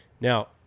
Now